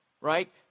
right